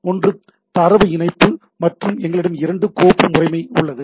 ஒன்று தரவு இணைப்பு மற்றும் எங்களிடம் இரண்டு கோப்பு முறைமை உள்ளது